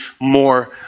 more